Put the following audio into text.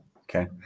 Okay